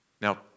Now